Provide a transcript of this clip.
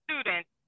students